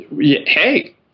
Hey